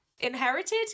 inherited